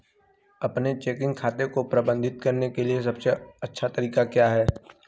अपने चेकिंग खाते को प्रबंधित करने का सबसे अच्छा तरीका क्या है?